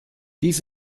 dies